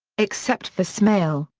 except for smale,